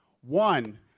One